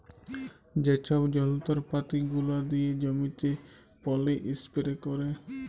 যে ছব যল্তরপাতি গুলা দিয়ে জমিতে পলী ইস্পেরে ক্যারে